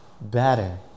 better